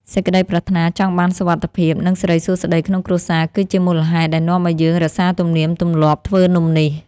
សេចក្ដីប្រាថ្នាចង់បានសុវត្ថិភាព និង សិរីសួស្ដីក្នុងគ្រួសារគឺជាមូលហេតុដែលនាំឱ្យយើងរក្សាទំនៀមទម្លាប់ធ្វើនំនេះ។